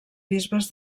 bisbes